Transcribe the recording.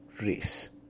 race